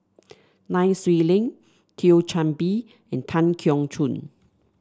Nai Swee Leng Thio Chan Bee and Tan Keong Choon